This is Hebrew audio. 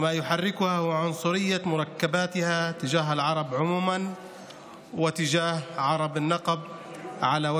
מה שמניע אותה הוא הגזענות כלפי הערבים בכלל וערביי הנגב בפרט.